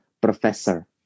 professor